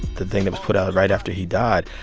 the thing that was put out right after he died.